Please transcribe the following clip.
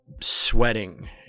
sweating